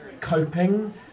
coping